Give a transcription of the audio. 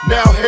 Now